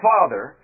Father